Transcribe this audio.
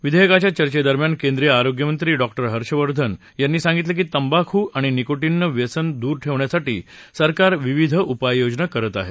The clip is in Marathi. विधेयकाच्या चर्चेदरम्यान केंद्रीय आरोग्यमंत्री डॉक्टर हर्षवर्धन यांनी सांगितलं की तंबाखू आणि निकोटीनचं व्यसन दूर ठेवण्यासाठी सरकार विविध उपाययोजना करत आहे